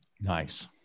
Nice